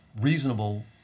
reasonable